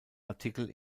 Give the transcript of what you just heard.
artikel